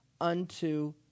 unto